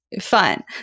fun